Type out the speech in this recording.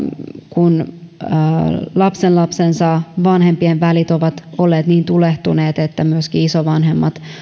kun hänen lapsenlapsensa vanhempien välit ovat olleet niin tulehtuneet että myöskin isovanhemmat